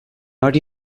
hori